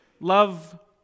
love